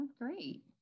Great